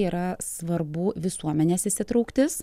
yra svarbu visuomenės įsitrauktis